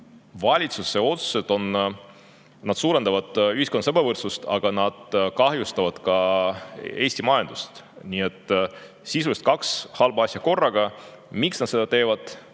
valitsuse otsused suurendavad ühiskonnas ebavõrdsust, aga need kahjustavad ka Eesti majandust. Sisuliselt on kaks halba asja korraga. Miks nad seda teevad?